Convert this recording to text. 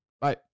Bye